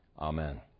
Amen